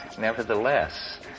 nevertheless